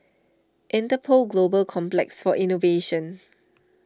Interpol Global Complex for Innovation